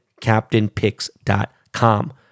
captainpicks.com